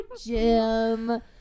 Jim